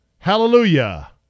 Hallelujah